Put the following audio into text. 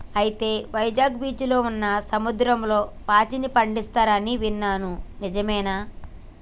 అయితే వైజాగ్ బీచ్లో ఉన్న సముద్రంలో పాచిని పండిస్తారు అని ఇన్నాను నిజమేనా